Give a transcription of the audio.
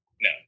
No